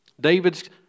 David's